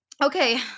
Okay